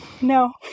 No